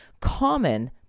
common